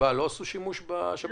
שבהן לא עשו שימוש בשב"כ?